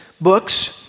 books